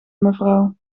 mevrouw